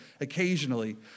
occasionally